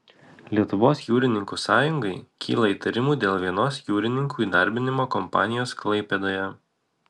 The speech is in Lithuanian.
lietuvos jūrininkų sąjungai kyla įtarimų dėl vienos jūrininkų įdarbinimo kompanijos klaipėdoje